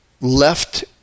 left